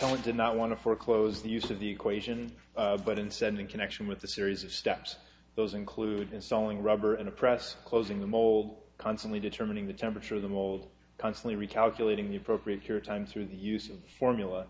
family did not want to foreclose the use of the equation but in sending connection with the series of steps those include installing rubber and a press closing the mold constantly determining the temperature of the mold constantly recalculating the appropriate care time through the use of formula